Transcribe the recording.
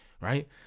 Right